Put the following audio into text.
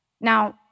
Now